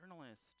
Journalist